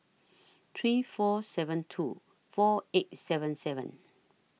three four seven two four eight seven seven